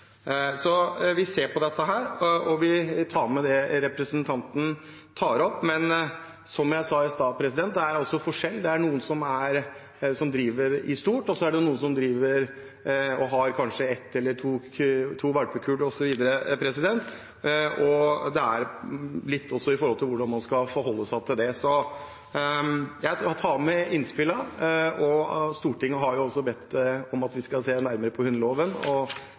Vi ser på dette, og jeg vil ta med det representanten tar opp. Men som jeg sa i stad: Det er forskjeller. Det er noen som driver stort, og det er noen som har kanskje ett eller to valpekull. Det handler om hvordan man skal forholde seg til det. Stortinget har bedt om at vi skal se nærmere på hundeloven, og